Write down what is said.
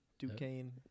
Duquesne